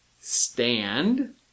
Stand